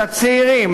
את הצעירים,